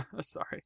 sorry